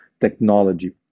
technology